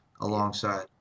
alongside